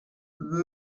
val